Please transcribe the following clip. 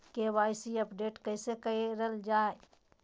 KYC update कैसे करल जाहै?